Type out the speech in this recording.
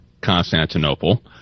Constantinople